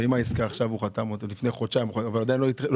ואם הוא חתם על העסקה לפני חודשיים ועדיין לא הסתיימה,